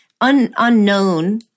unknown